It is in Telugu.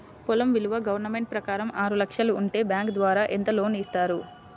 పొలం విలువ గవర్నమెంట్ ప్రకారం ఆరు లక్షలు ఉంటే బ్యాంకు ద్వారా ఎంత లోన్ ఇస్తారు?